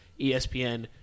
ESPN